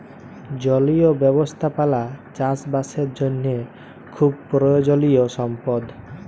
জলীয় ব্যবস্থাপালা চাষ বাসের জ্যনহে খুব পরয়োজলিয় সম্পদ